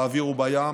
באוויר ובים,